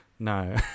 No